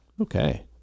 Okay